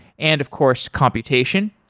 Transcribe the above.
and of course, computation.